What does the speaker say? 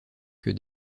que